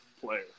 player